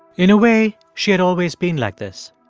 in a way, she had always been like this.